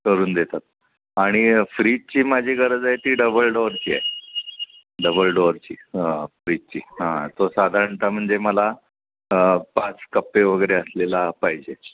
करून देतात आणि फ्रीजची माझी गरज आहे ती डबल डोअरची आहे डबल डोअरची हां फ्रीजची हां तो साधारणतः म्हणजे मला पाच कप्पे वगैरे असलेला पाहिजे